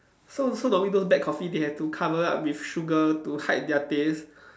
so so normally those black coffee they have to cover up with sugar to hide their taste